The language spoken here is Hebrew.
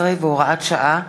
17 והוראת שעה),